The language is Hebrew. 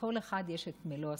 כשלכל אחד יש את מלוא הזכויות,